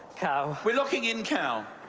cow. we're locking in cow.